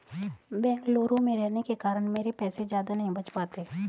बेंगलुरु में रहने के कारण मेरे पैसे ज्यादा नहीं बच पाते